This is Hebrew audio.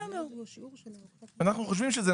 אנו חושבים,